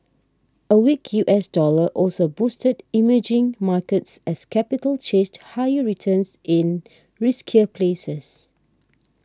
a weak U S dollar also boosted emerging markets as capital chased higher returns in riskier places